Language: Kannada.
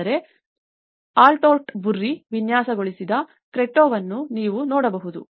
ಅಲ್ಲದೆ ಆಲ್ಬರ್ಟೊ ಬುರ್ರಿ ವಿನ್ಯಾಸಗೊಳಿಸಿದ ಕ್ರೆಟ್ಟೊವನ್ನು ನೀವು ನೋಡಬಹುದು